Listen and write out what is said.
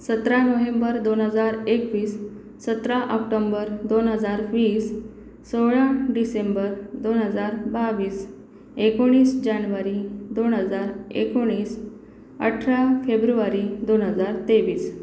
सतरा नोहेंबर दोन हजार एकवीस सतरा आक्टोंबर दोन हजार वीस सोळा डिसेंबर दोन हजार बावीस एकोणीस जानवारी दोण हजार एकोणीस अठरा फेब्रुवारी दोन हजार तेवीस